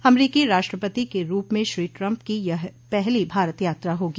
अमरीकी राष्ट्रपति के रूप में श्री ट्रम्प की यह पहली भारत यात्रा होगी